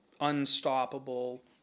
unstoppable